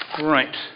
Right